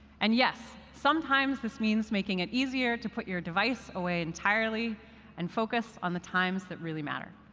and yes, sometimes, this means making it easier to put your device away entirely and focus on the times that really matter.